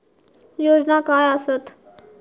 योजना काय आसत?